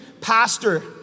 pastor